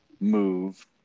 move